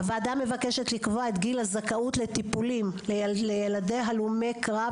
הוועדה מבקשת לקבוע את גיל הזכאות לטיפולים לילדי הלומי קרב,